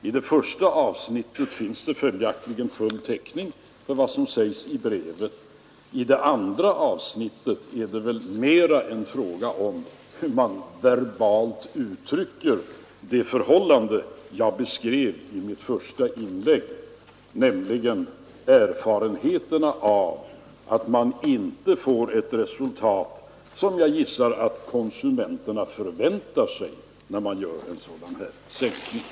I det första avsnittet finns det följaktligen full täckning för vad som sägs i brevet. I det andra avsnittet är det väl mera en fråga om hur man verbalt uttrycker det förhållande jag beskrev i mitt första inlägg, nämligen erfarenheterna av att man inte får ett resultat som jag gissar att konsumenterna förväntar sig, när det sker en sådan här sänkning.